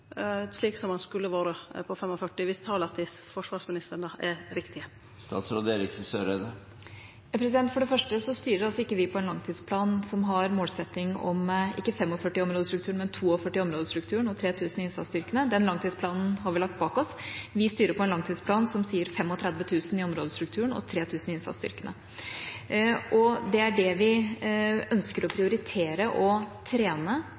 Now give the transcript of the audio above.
han skulle vore – på 45 000, viss tala til forsvarsministeren er riktige? For det første styrer ikke vi etter en langtidsplan som har målsetting om – ikke 45 000 i områdestrukturen, men – 42 000 i områdestrukturen og 3 000 i innsatsstyrkene, den langtidsplanen har vi lagt bak oss. Vi styrer etter en langtidsplan som sier 35 000 i områdestrukturen og 3 000 i innsatsstyrkene. Det er det vi ønsker å prioritere å trene,